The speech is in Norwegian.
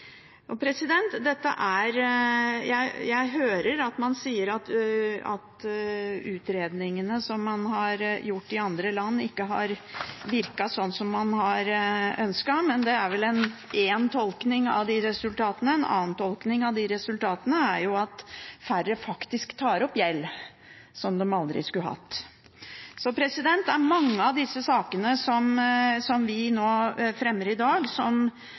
andre land, ikke har virket sånn som man har ønsket, men det er vel én tolkning av resultatene. En annen tolkning av de resultatene er jo at færre faktisk tar opp gjeld som de aldri skulle hatt. Det er mange av de forslagene som vi fremmer i dag,